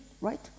right